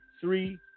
three